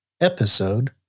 episode